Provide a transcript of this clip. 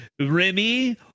Remy